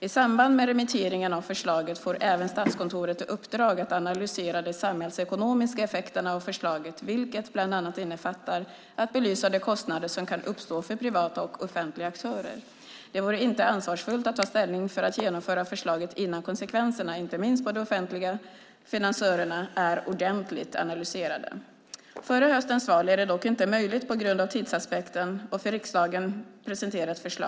I samband med remitteringen av förslaget får även Statskontoret i uppdrag att analysera de samhällsekonomiska effekterna av förslaget, vilket bland annat innefattar att belysa de kostnader som kan uppstå för privata och offentliga aktörer. Det vore inte ansvarsfullt att ta ställning för att genomföra förslaget innan konsekvenserna, inte minst på de offentliga finanserna, är ordentligt analyserade. Före höstens val är det dock inte möjligt, på grund av tidsaspekten, att för riksdagen presentera ett förslag.